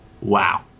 Wow